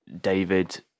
David